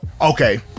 okay